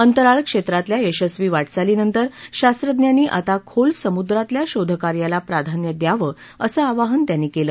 अंतराळ क्षेत्रातल्या यशस्वी वाटचालीनंतर शास्वज्ञांनी आता खोल समुद्रातल्या शोधकार्याला प्राधान्य द्यावं असं आवाहन त्यांनी केलं